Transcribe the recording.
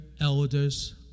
elders